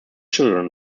children